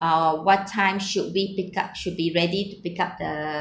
uh what time should we pick up should be ready to pick up the